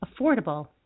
affordable